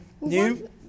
new